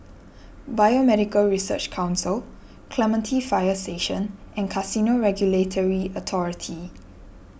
Biomedical Research Council Clementi Fire Station and Casino Regulatory Authority